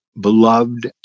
beloved